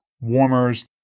warmers